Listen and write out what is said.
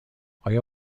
آیا